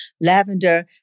lavender